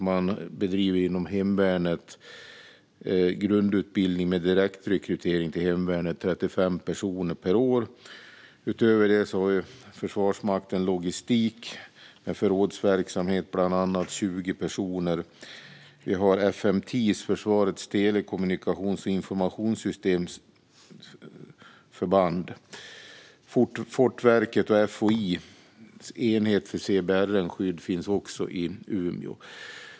Man bedriver inom hemvärnet grundutbildning med direktrekrytering av 35 personer per år till hemvärnet. Utöver det har Försvarsmakten logistik med bland annat förrådsverksamhet där det är 20 personer. Vi har FMTIS, Försvarsmaktens telekommunikations och informationssystemsförband. Fortifikationsverkets och FOI:s enhet för CBRN-skydd finns också i Umeå.